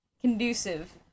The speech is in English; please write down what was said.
conducive